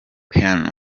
payne